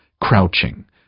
crouching